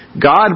God